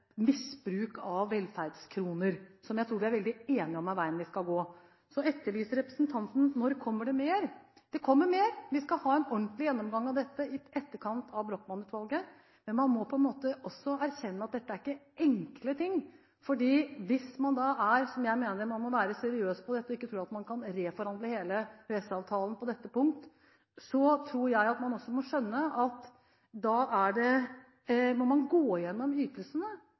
misbruk av velferdskroner, og som jeg tror vi er veldig enige om er veien vi skal gå. Så etterlyser representanten: Når kommer det mer? Det kommer mer, vi skal ha en ordentlig gjennomgang av dette i etterkant av Brochmann-utvalget. Men man må også erkjenne at dette ikke er enkle ting, for hvis man er – som jeg mener man må være – seriøs på dette og ikke tror at man kan reforhandle hele EØS-avtalen på dette punktet, tror jeg man også må skjønne at da må man gå gjennom ytelsene